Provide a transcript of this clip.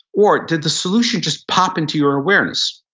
or did the solution just pop into your awareness?